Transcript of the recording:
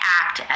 act